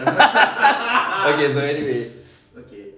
okay so anyway